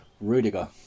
Rudiger